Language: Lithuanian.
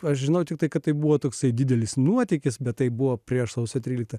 aš žinau tiktai kad tai buvo toksai didelis nuotykis bet tai buvo prieš sausio tryliktą